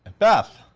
beth!